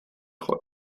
treu